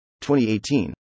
2018